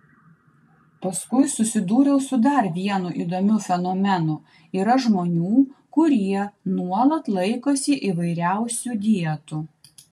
paskui susidūriau su dar vienu įdomiu fenomenu yra žmonių kurie nuolat laikosi įvairiausių dietų